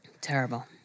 Terrible